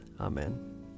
amen